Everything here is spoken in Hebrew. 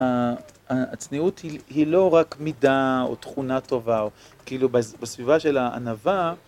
הצניעות היא לא רק מידה או תכונה טובה, כאילו, בסביבה של הענווה